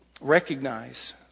recognize